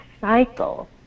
cycle